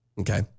Okay